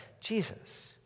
Jesus